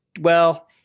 Well-